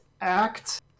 act